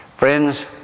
Friends